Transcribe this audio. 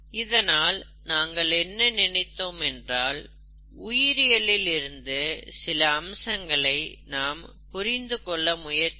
இதனால் நாங்கள் என்ன நினைத்தோம் என்றால் உயிரியலில் இருந்து சில அம்சங்களை நாம் புரிந்து கொள்ள முயற்சிக்கலாம்